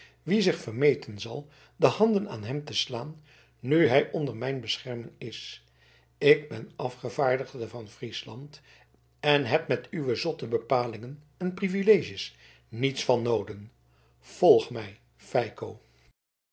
wie zich vermeten zal de handen aan hem te slaan nu hij onder mijn bescherming is ik ben afgevaardigde van friesland en heb met uwe zotte bepalingen en privileges niets van nooden volg mij feiko